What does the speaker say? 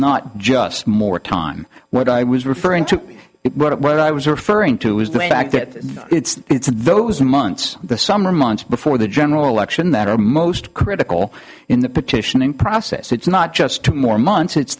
not just more time what i was referring to what i was referring to is the fact that it's in those months the summer months before the general election that are most critical in the petitioning process it's not just two more months it's